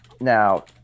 Now